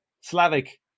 Slavic